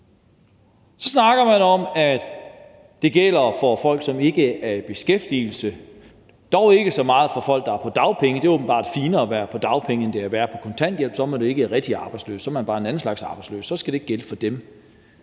Så snakker man om, at det gælder for folk, som ikke er i beskæftigelse, dog ikke så meget for folk, der er på dagpenge; det er åbenbart finere at være på dagpenge, end det er at være på kontanthjælp, for så er man jo ikke rigtig arbejdsløs, man er bare en anden slags arbejdsløs, og så skal det ikke gælde for dem